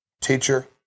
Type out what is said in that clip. teacher